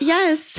Yes